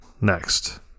next